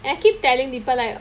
I keep telling deepa like